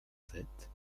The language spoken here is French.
sept